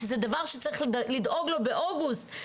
שזה דבר שצריך לדאוג לו באוגוסט,